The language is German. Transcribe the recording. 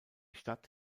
stadt